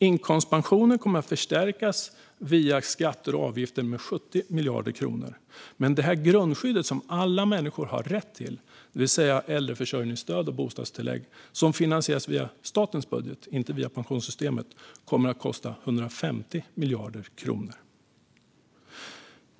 Inkomstpensionen kommer att förstärkas via skatter och avgifter med 70 miljarder, men grundskyddet som alla människor har rätt till, det vill säga äldreförsörjningsstöd och bostadstillägg som finansieras via statens budget och inte via pensionssystemet, kommer att kosta 150 miljarder kronor.